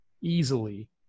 easily